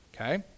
okay